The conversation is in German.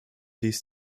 dies